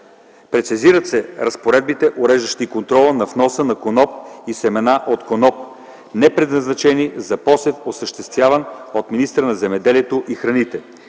Прецизират се разпоредбите, уреждащи контрола на вноса на коноп и семена от коноп, не предназначени за посев, осъществяван от министъра на земеделието и храните.